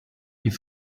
die